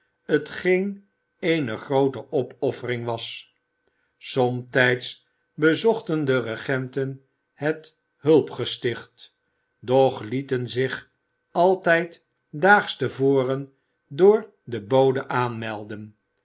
t geen eene groote opoffering was somtijds bezochten de regenten het hulp gesticht doch lieten zich altijd daags te voren door den bode aanmelden